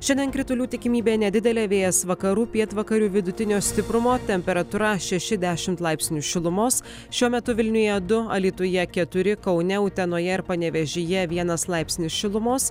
šiandien kritulių tikimybė nedidelė vėjas vakarų pietvakarių vidutinio stiprumo temperatūra šeši dešimt laipsnių šilumos šiuo metu vilniuje du alytuje keturi kaune utenoje ir panevėžyje vienas laipsnis šilumos